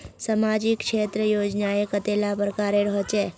सामाजिक क्षेत्र योजनाएँ कतेला प्रकारेर होचे?